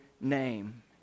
name